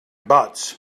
bots